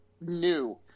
new